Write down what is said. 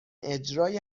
اجرای